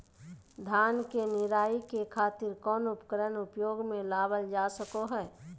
धान के निराई के खातिर कौन उपकरण उपयोग मे लावल जा सको हय?